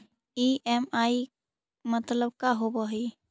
EMI मतलब का होब हइ?